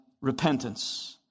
repentance